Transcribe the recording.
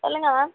சொல்லுங்கள் மேம்